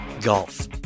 golf